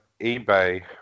eBay